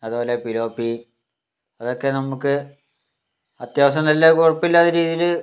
അതുപോലെ പിലോപ്പി അതൊക്കെ നമുക്ക് അത്യാവശ്യം നല്ല കുഴപ്പമില്ലാത്ത രീതിയില്